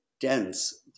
dense